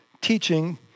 teaching